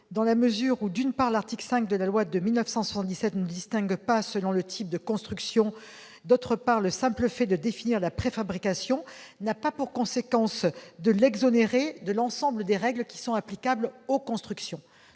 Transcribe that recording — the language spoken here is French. satisfait : d'une part, l'article 5 de la loi de 1977 n'établit aucune distinction selon le type de construction ; d'autre part, le simple fait de définir la préfabrication n'a pas pour conséquence de l'exonérer de l'ensemble des règles qui sont applicables aux constructions.